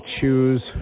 choose